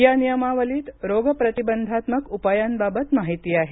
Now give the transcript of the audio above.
या नियमावलीत रोग प्रतिबंधात्मक उपायांबाबत माहिती आहे